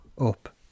up